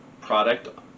product